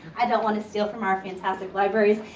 i don't wanna steal from our fantastic libraries.